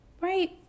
right